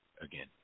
again